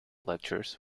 lectures